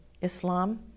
Islam